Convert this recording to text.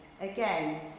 Again